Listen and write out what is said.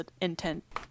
intent